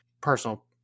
personal